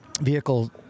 vehicle